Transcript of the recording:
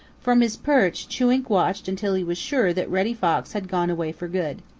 from his perch chewink watched until he was sure that reddy fox had gone away for good.